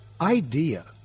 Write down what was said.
idea